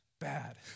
bad